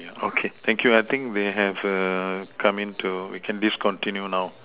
okay thank you I think they have err come in to we can discontinue now